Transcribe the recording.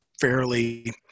fairly